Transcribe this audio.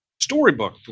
storybook